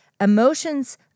Emotions